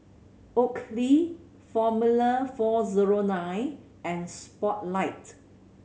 Oakley Formula Four Zero Nine and Spotlight